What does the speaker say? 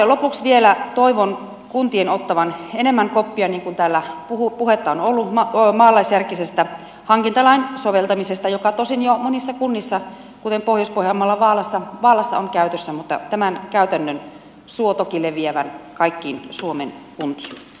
lopuksi vielä toivon kuntien ottavan enemmän koppia niin kuin täällä puhetta on ollut maalaisjärkisestä hankintalain soveltamisesta joka tosin jo monissa kunnissa kuten pohjois pohjanmaalla vaalassa on käytössä mutta tämän käytännön suo toki leviävän kaikkiin suomen kuntiin